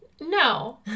No